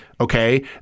okay